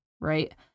right